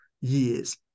years